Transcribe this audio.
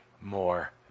more